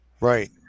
right